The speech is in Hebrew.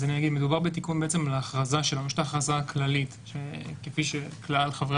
מדובר בהכרזה שחלה על כלל חבי